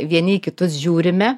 vieni į kitus žiūrime